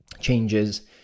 changes